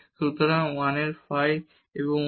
সুতরাং 1 ফাই হবে